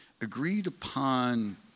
agreed-upon